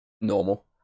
normal